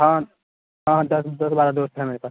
हाँ हाँ दस दस बारह दोस्त हैं मेरे पास